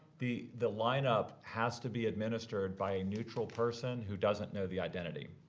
the the lineup has to be administered by a neutral person who doesn't know the identity.